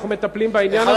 אנחנו מטפלים בעניין הזה.